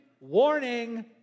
warning